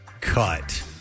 cut